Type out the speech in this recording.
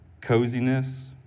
coziness